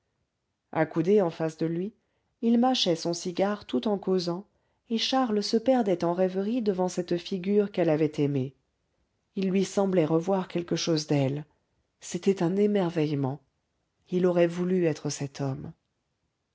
accoudé en face de lui il mâchait son cigare tout en causant et charles se perdait en rêveries devant cette figure qu'elle avait aimée il lui semblait revoir quelque chose d'elle c'était un émerveillement il aurait voulu être cet homme